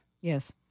Yes